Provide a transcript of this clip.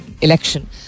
election